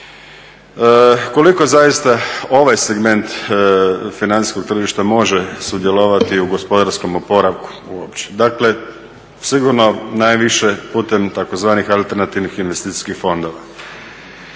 Koliko zaista ovaj segment financijskog tržišta može sudjelovati u gospodarskom oporavku uopće? Dakle, sigurno najviše putem tzv. alternativnih investicijskih fondova.